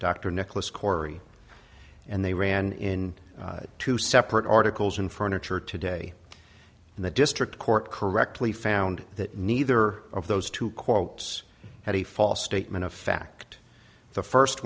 dr nicholas corey and they ran in two separate articles and furniture today in the district court correctly found that neither of those two quotes had a false statement of fact the first